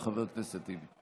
בבקשה, חבר הכנסת טיבי.